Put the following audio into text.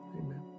Amen